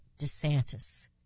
DeSantis